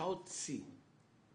בשעות שיא.